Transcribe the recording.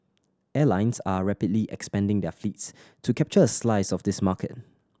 airlines are rapidly expanding their fleets to capture a slice of this market